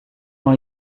dans